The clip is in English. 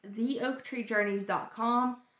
theoaktreejourneys.com